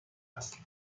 است